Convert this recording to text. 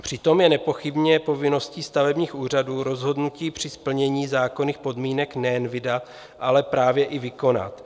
Přitom je nepochybně povinností stavebních úřadů rozhodnutí při splnění zákonných podmínek nejen vydat, ale právě i vykonat.